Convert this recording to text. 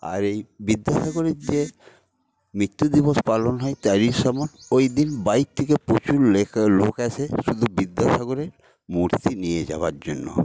আর এই বিদ্যাসাগরের যে মৃত্যু দিবস পালন হয় তার সময় ওই দিন বাইরে থেকে প্রচুর লোক আসে শুধু বিদ্যাসাগরের মূর্তি নিয়ে যাওয়ার জন্য